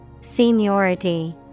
Seniority